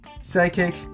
Psychic